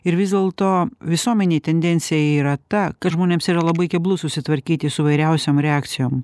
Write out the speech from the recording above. ir vis dėlto visuomenėj tendencija yra ta kad žmonėms yra labai keblu susitvarkyti su įvairiausiom reakcijom